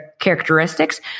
characteristics